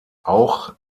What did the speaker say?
auch